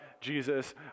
Jesus